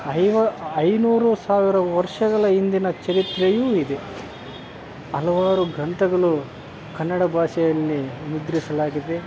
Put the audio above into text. ಹೈವ ಐನೂರು ಸಾವಿರ ವರ್ಷಗಳ ಹಿಂದಿನ ಚರಿತ್ರೆಯೂ ಇದೆ ಹಲವಾರು ಗ್ರಂಥಗಳು ಕನ್ನಡ ಭಾಷೆಯಲ್ಲಿ ಮುದ್ರಿಸಲಾಗಿದೆ